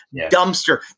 Dumpster